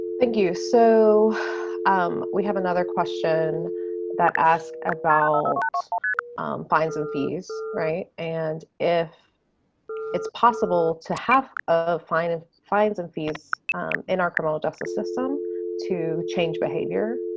thank you. so um we have another question that asked about fines and fees and if it's possible to have a fine of fines and fees in our criminal justice system to change behavior.